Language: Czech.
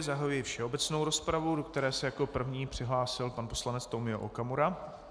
Zahajuji všeobecnou rozpravu, do které se jako první přihlásil pan poslanec Tomio Okamura.